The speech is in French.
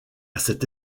cette